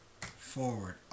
forward